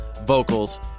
vocals